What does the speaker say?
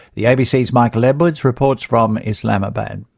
the abcs michael edwards reports from islamabad.